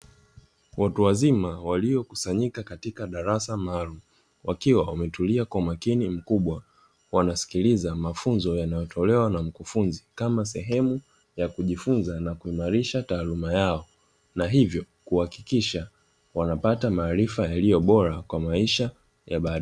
Watu wazima waliokusanyika katika darasa maalumu, wakiwa wametulia kwa umakini mkubwa, wanasikiliza mafunzo yanayotolewa na mkufunzi kama sehemu ya kujifunza na kuimarisha taaluma yao, na hivyo kuhakikisha wanapata maarifa yaliyo bora kwa maisha ya baadaye.